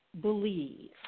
believe